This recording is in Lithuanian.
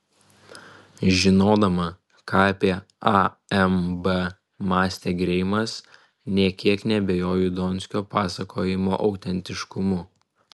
žinodama ką apie amb mąstė greimas nė kiek neabejoju donskio pasakojimo autentiškumu